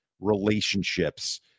Relationships